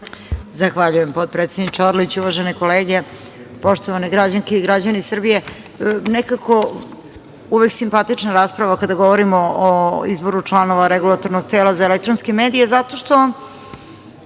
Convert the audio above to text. Zahvaljujem, potpredsedniče Orliću. Uvažene kolege, poštovane građanke i građani Srbije, nekako uvek simpatična rasprava kada govorimo o izboru članova Regulatornog tela za elektronske medije, zato što